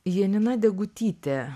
janina degutytė